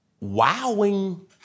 wowing